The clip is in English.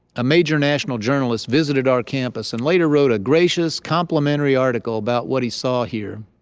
a major national journalist visited our campus and later wrote a gracious, complimentary article about what he saw here.